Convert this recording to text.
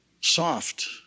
soft